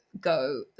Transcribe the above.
go